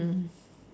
mm